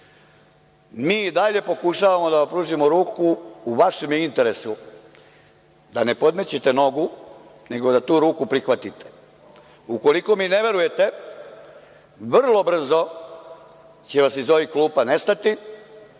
i dalje pokušavamo da vam pružimo ruku. U vašem je interesu da ne podmećete nogu, nego da tu ruku prihvatite. Ukoliko mi ne verujete, vrlo brzo će vas iz ovih klupa nestati,